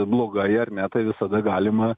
blogai ar ne tai visada galima